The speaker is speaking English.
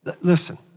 Listen